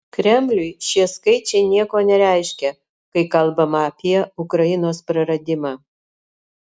kremliui šie skaičiai nieko nereiškia kai kalbama apie ukrainos praradimą